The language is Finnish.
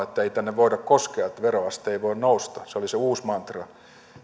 että ei tänne voida koskea että veroaste ei voi nousta se oli se uusi mantra